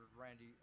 randy